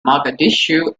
mogadishu